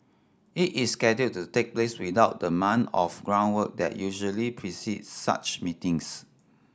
it is scheduled to take place without the month of groundwork that usually precedes such meetings